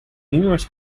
numerous